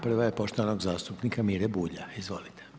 Prva je poštovanog zastupnika Mire Bulja, izvolite.